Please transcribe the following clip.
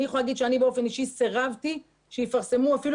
אני יכולה לומר שאני באופן אישי סירבתי שיפרסמו אפילו